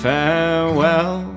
Farewell